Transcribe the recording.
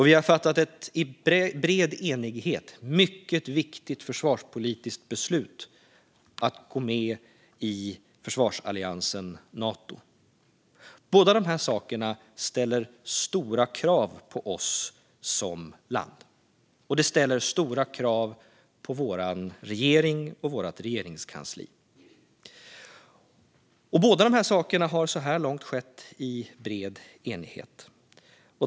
Vi har i bred enighet också fattat ett mycket viktigt försvarspolitiskt beslut - att gå med i försvarsalliansen Nato. Båda dessa saker ställer stora krav på oss som land, och det ställer stora krav på vår regering och vårt regeringskansli. Båda sakerna har så här långt skett i bred enighet.